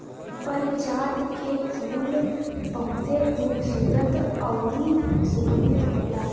पारिजात के फूल बहुते खुबसूरत अउरी सुगंधित होला